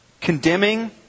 condemning